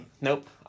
Nope